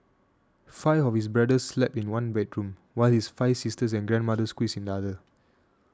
five of his brothers slept in one bedroom while his five sisters and grandmother squeezed in the other